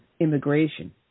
immigration